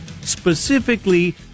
specifically